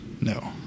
No